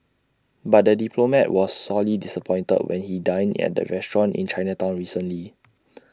but the diplomat was sorely disappointed when he dined at the restaurant in Chinatown recently